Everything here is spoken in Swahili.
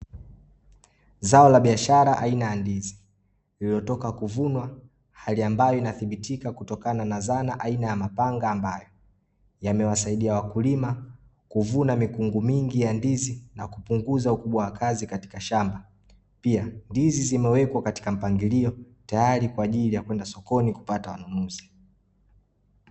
Zao la biashara aina ya ndizi iliyotoka kuvunwa, hali ambayo inathibitika kutokana na zana aina ya mapanga ambayo, yamewasaidia wakulima kuvuna mikungu mingi ya ndizi na kupunguza ukubwa wa kazi katika shamba. Pia ndizi zimewekwa katika mpangilio tayari kwa ajili ya kwenda sokoni kupata wanunuzi.